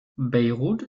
beirut